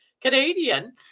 canadian